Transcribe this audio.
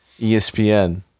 ESPN